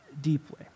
deeply